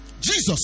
Jesus